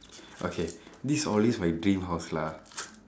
okay this is always my dream house lah